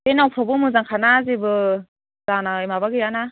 बे नावफ्रावबो मोजांखाना जेबो जानाय माबा गैया ना